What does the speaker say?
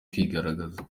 kwigaragaza